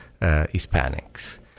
Hispanics